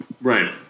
Right